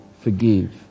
forgive